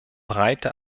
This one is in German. breite